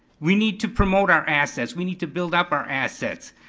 we need to promote our assets, we need to build up our assets.